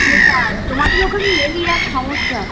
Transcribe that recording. সেটা তোমাদের ওখানে এই এক সমস্যা